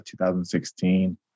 2016